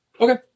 Okay